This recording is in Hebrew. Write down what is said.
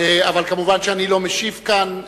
אבל כמובן, אני לא משיב כאן.